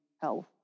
health